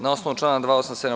Na osnovu člana 287.